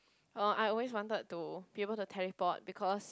oh I always wanted to be able to teleport because